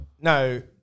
No